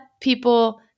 people